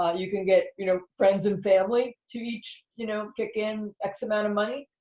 ah you can get, you know, friends and family to each, you know, kick in x amount of money.